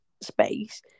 space